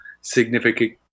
significant